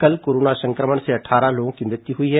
कल कोरोना संक्रमण से अट्ठारह लोगों की मृत्यु हुई है